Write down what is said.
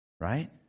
Right